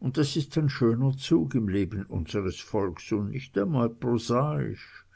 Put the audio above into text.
und das ist ein schöner zug im leben unsres volks und nicht einmal prosaisch